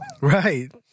Right